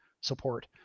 support